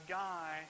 guy